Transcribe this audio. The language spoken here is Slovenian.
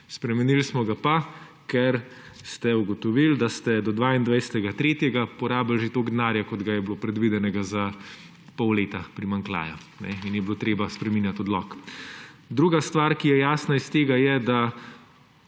Spremenili smo ga pa, ker ste ugotovili, da ste do 22. 3. porabili že toliko denarja, kot ga je bilo predvidenega za pol leta primanjkljaja in je bilo treba spreminjat odlok. Druga stvar, ki je jasna iz tega, je,